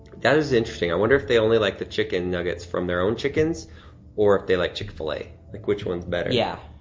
that is interesting. i wonder if they only like the chicken nuggets from their own chickens or if they like chick-fil-a. like which one's better? yeah,